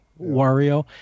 Wario